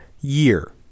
year